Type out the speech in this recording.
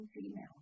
female